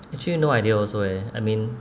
actually no idea also eh I mean